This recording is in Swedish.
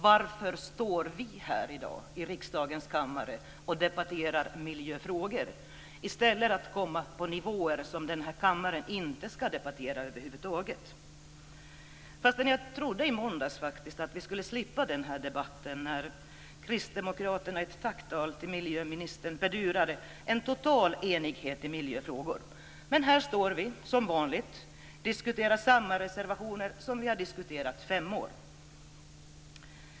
Varför står vi här i dag i riksdagens kammare och debatterar miljöfrågor på nivåer som denna kammare över huvud taget inte ska debattera? Jag trodde faktiskt i måndags att vi skulle slippa denna debatt när kristdemokraterna i ett tacktal till miljöministern bedyrade en total enighet i miljöfrågor. Men här står vi som vanligt. Vi diskuterar samma reservationer som vi har diskuterat i fem år.